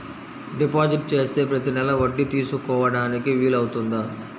Deposit చేస్తే ప్రతి నెల వడ్డీ తీసుకోవడానికి వీలు అవుతుందా?